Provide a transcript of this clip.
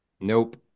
nope